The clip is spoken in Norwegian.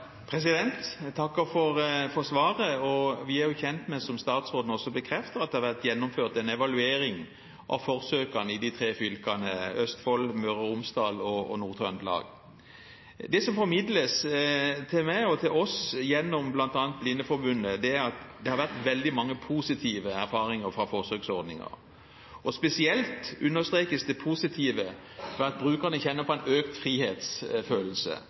Jeg takker for svaret. Vi er jo kjent med, som statsråden også bekrefter, at det har vært gjennomført en evaluering av forsøkene i de tre fylkene Østfold, Møre og Romsdal og Nord-Trøndelag. Det som formidles til meg, og til oss, gjennom bl.a. Blindeforbundet, er at det har vært veldig mange positive erfaringer fra forsøksordningen. Spesielt understrekes det positive ved at brukerne kjenner på en økt frihetsfølelse,